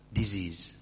disease